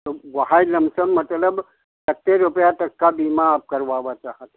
तो वो है लमपसम्प मतलब कितने रुपये तक का बीमा आप करवाना चाहते